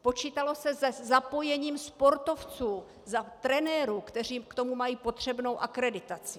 Počítalo se se zapojením sportovců, trenérů, kteří k tomu mají potřebnou akreditaci.